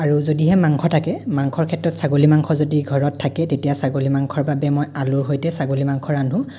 আৰু যদিহে মাংস থাকে মাংসৰ ক্ষেত্ৰত ছাগলীৰ মাংস যদি ঘৰত থাকে তেতিয়া ছাগলীৰ মাংসৰ বাবে মই আলুৰ সৈতে ছাগলীৰ মাংস ৰান্ধো